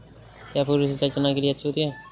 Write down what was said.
क्या फुहारी सिंचाई चना के लिए अच्छी होती है?